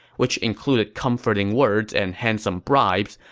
which included comforting words and handsome bribes,